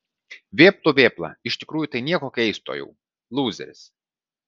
vėplų vėpla iš tikrųjų tai nieko keisto jau lūzeris